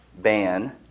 ban